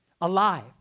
alive